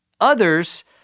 Others